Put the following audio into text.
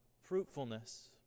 fruitfulness